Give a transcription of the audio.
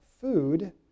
food